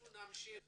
אנחנו נמשיך